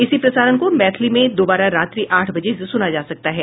इसी प्रसारण को मैथिली में दोबारा रात्रि आठ बजे से सुना जा सकता है